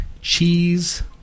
Cheese